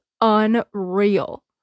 unreal